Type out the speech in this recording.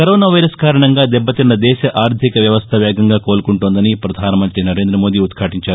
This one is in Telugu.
కరోనా వైరస్ కారణంగా దెబ్బతిన్న దేశ ఆర్దిక వ్యవస్థ వేగంగా కోలుకుంటోందని ప్రధానమంత్రి నరేంద్రమోదీ ఉద్యాటించారు